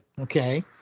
Okay